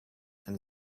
and